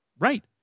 Right